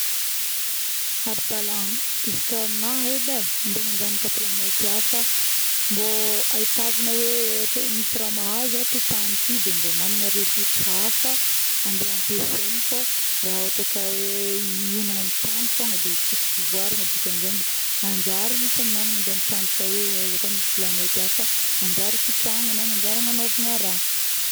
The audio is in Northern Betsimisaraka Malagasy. Ara-dalagna, izy ka amina edy mande manjagnaka planète afa mbô ahitagna hoe ohatra hoe raha misy raha mahazo ohatra tagny ty mba magnana ressource hafa ande ampiasaigny fô raha ohatra ka hoe hiognona amin-tagny fôgna de tsisy fivoaragna, dikan'zegny manjary amina, ny mande mitrandraka hoe aiza kô misy planète hafa manjary ipetrahagna na manjary hagnanaovagna raha